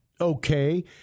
Okay